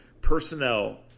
personnel –